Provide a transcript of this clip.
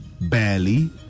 barely